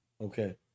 okay